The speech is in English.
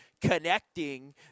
connecting